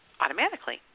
automatically